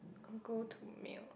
go to meal